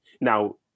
Now